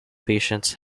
patients